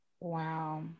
wow